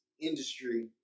industry